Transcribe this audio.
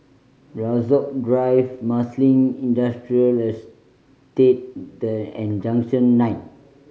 Rasok Drive Marsiling Industrial Estated and Junction Nine